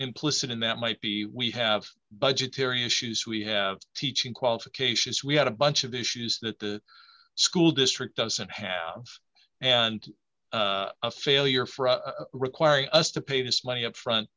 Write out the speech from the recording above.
implicit in that might be we have budgetary issues we have teaching qualifications we had a bunch of issues that the school district doesn't have and a failure for us requiring us to pay this money upfront